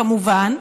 כמובן,